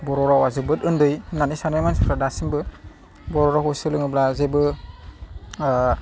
बर' रावआ जोबोद उन्दै होननानै साननाय मानसिफ्रा दासिमबो बर' रावखौ सोलोङोब्ला जेबो